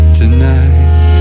tonight